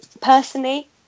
personally